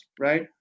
right